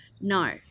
no